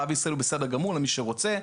חלב ישראל הוא בסדר גמור למי שרוצה,